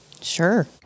Sure